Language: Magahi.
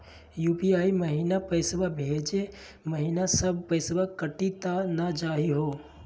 यू.पी.आई महिना पैसवा भेजै महिना सब पैसवा कटी त नै जाही हो?